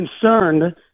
concerned